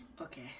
Okay